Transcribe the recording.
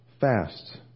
fast